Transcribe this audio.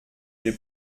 j’ai